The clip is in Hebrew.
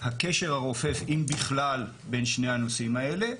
הקשר הרופף, אם בכלל, בין שני הנושאים האלה.